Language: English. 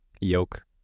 Yoke